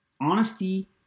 honesty